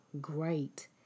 great